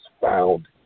found